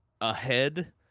ahead